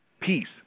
peace